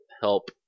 help